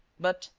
but,